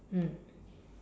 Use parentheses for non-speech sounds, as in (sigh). mm (breath)